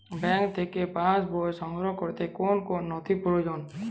Bank থেকে passbook সংগ্রহ করতে কোন কোন নথি প্রয়োজন?